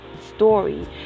story